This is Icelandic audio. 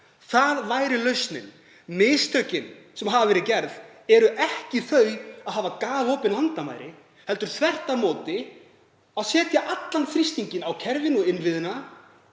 Það væri lausnin. Mistökin sem hafa verið gerð eru ekki þau að hafa galopin landamæri heldur þvert á móti að setja allan þrýstinginn á kerfin og innviðina